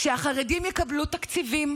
שהחרדים יקבלו תקציבים